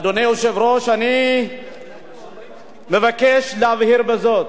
אדוני היושב-ראש, אני מבקש להבהיר בזאת: